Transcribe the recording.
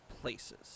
places